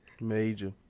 Major